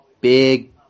big